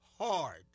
hard